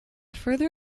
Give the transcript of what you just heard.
further